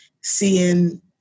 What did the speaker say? seeing